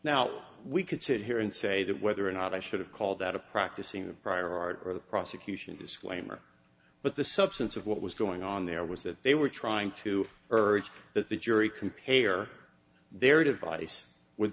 now we could sit here and say that whether or not i should have called that a practicing the prior art or the prosecution disclaimer but the substance of what was going on there was that they were trying to urge that the jury compare their device w